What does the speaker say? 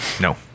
No